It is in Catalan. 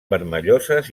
vermelloses